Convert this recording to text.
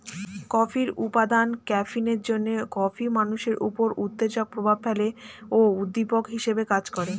কফির উপাদান ক্যাফিনের জন্যে কফি মানুষের উপর উত্তেজক প্রভাব ফেলে ও উদ্দীপক হিসেবে কাজ করে